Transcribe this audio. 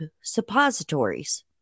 suppositories